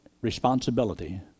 responsibility